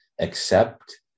accept